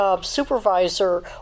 Supervisor